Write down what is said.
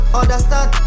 understand